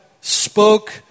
spoke